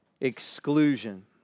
exclusion